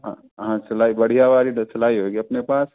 हाँ हाँ सिलाई बढ़िया वाली सिलाई होगी अपने पास